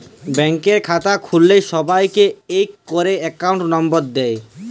ব্যাংকের খাতা খুল্ল্যে সবাইকে ইক ক্যরে একউন্ট লম্বর দেয়